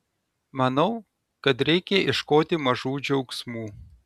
manau kad reikia ieškoti mažų džiaugsmų